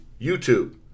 YouTube